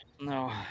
No